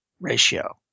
ratio